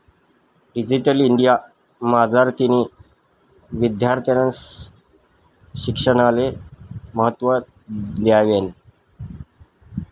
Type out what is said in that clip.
digital India मझारतीन विद्यार्थीस्ना शिक्षणले महत्त्व देवायनं